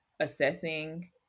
assessing